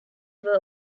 were